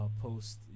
post